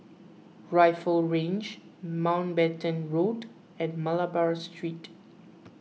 Rifle Range Mountbatten Road and Malabar Street